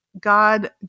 God